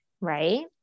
Right